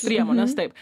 priemones taip